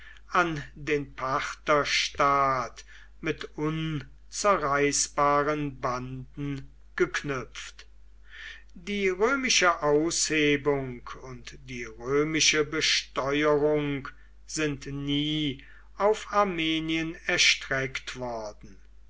an den partherstaat mit unzerreißbaren banden geknüpft die römische aushebung und die römische besteuerung sind nie auf armenien erstreckt worden